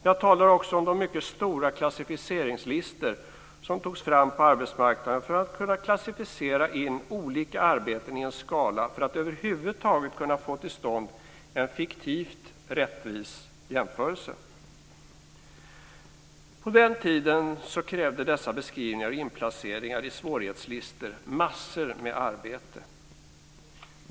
Man tog också fram mycket stora klassificeringslistor på arbetsmarknaden för att kunna klassificera olika arbeten i en skala och över huvud taget kunna få till stånd en fiktivt rättvis jämförelse. På den tiden krävde dessa beskrivningar och inplaceringar i svårighetslistor massor med arbete.